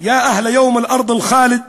שלוחות לכם,